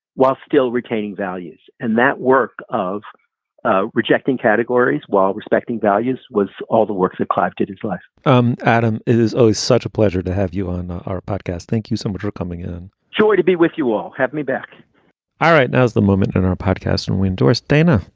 while still retaining values and that work of rejecting categories while respecting values was all the works of collected it's like um adam is always such a pleasure to have you on our podcast. thank you so much for coming in joy to be with you all. have me back all right. now is the moment in our podcast and windhorst. dana.